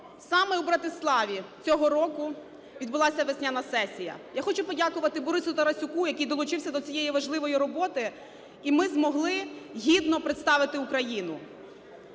Саме у Братиславі цього року відбулась весняна сесія. Я хочу подякувати Борису Тарасюку, який долучився до цієї важливої роботи, і ми змогли гідно представити Україну.